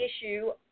issue